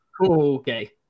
Okay